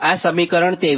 આ સમીકરણ 23 છે